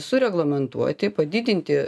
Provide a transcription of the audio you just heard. sureglamentuoti padidinti